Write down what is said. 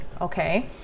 okay